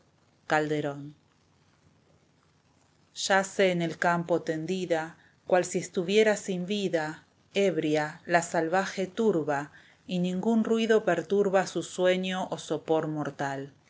calderón yace en el campo tendida cual si estuviera sin vida ebria la salvaje turba y ningún ruido perturba su sueño o sopor mortal